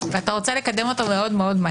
ואתה רוצה לקדמו מהר,